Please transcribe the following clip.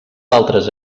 altres